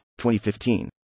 2015